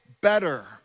better